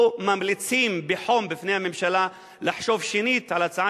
או ממליצים בחום בפני הממשלה לחשוב שנית על ההצעה